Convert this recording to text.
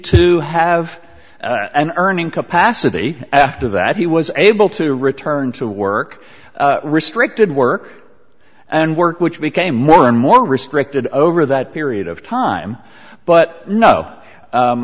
to have an earning capacity after that he was able to return to work restricted work and work which became more and more restricted over that period of time but no